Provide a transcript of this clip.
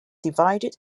divided